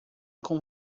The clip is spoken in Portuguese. com